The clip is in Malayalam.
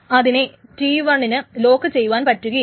അതിനെ T1 ന് ലോക്ക് ചെയ്യുവാൻ പറ്റുകയില്ല